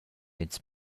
ins